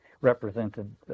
represented